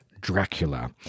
Dracula